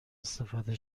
استفاده